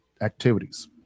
activities